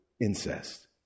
incest